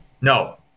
No